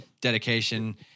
dedication